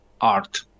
Art